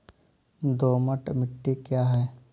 दोमट मिट्टी क्या है?